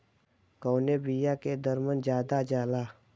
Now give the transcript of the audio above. कवने बिया के दर मन ज्यादा जाला?